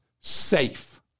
safe